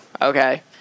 okay